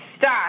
stop